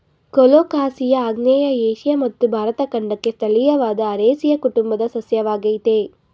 colocasia ಆಗ್ನೇಯ Asia ಮತ್ತು ಭಾರತ ಖಂಡಕ್ಕೆ ಸ್ಥಳೀಯವಾದ ಅರೇಸಿಯ ಕುಟುಂಬದ ಸಸ್ಯವಾಗಯ್ತೆ